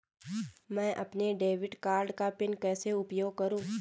मैं अपने debit card का पिन कैसे उपयोग करूँ?